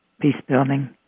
peace-building